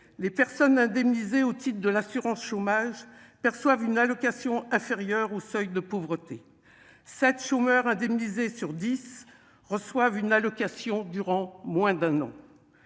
les personnes indemnisées au titre de l'assurance chômage perçoivent une allocation inférieure au seuil de pauvreté, 7 chômeurs indemnisés sur 10 reçoivent une allocation durant moins d'un an,